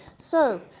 so,